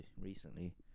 recently